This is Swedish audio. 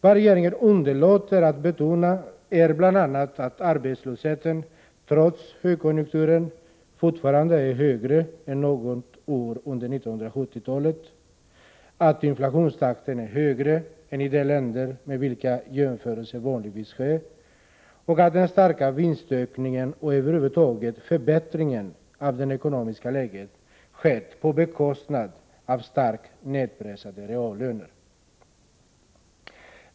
Vad regeringen underlåter att betona är bl.a. att arbetslösheten trots högkonjunkturen fortfarande är högre än något år under 1970-talet, att inflationstakten är högre än i de länder med vilka jämförelser vanligtvis sker och att den starka vinstökningen och över huvud taget förbättringen av det ekonomiska läget har skett på bekostnad av starkt nedpressade reallöner.